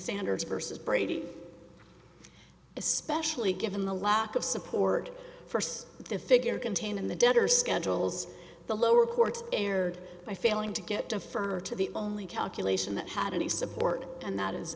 sanders versus brady especially given the lack of support for the figure contained in the debtor schedules the lower courts erred by failing to get defer to the only calculation that had any support and that is